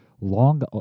long